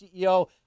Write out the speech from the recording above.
CEO